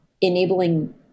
enabling